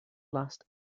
last